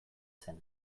zen